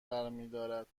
برمیدارد